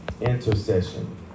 Intercession